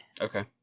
Okay